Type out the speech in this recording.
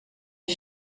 est